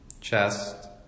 chest